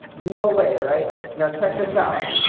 no way right now check this out